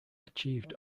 achieved